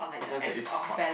just that it's hot